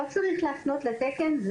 לא צריך להפנות לתקן.